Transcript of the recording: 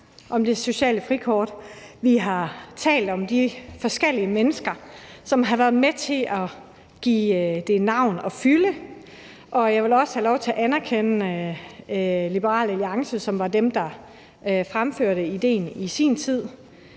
om det sociale frikort mange gange, vi har talt om de forskellige mennesker, som har været med til at give det navn og fylde, og jeg vil også have lov til at anerkende Liberal Alliance, som var dem, der fremførte idéen i sin tid.